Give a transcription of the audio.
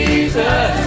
Jesus